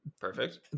Perfect